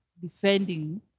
defending